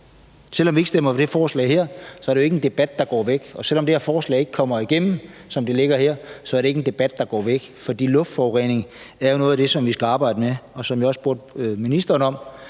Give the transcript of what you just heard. selv om vi ikke stemmer for det forslag her, er det ikke en debat, der går væk. Selv om det her forslag ikke kommer igennem, som det ligger her, er det ikke en debat, der går væk, for luftforurening er jo noget af det, som vi skal arbejde med, og som jeg også spurgte ministeren om,